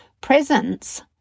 Presence